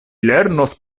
lernos